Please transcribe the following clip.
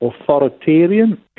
authoritarian